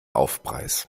aufpreis